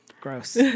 gross